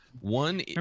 One